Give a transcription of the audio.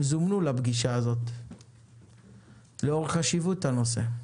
הן זומנו לפגישה הזאת לאור חשיבות הנושא.